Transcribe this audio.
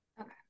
Okay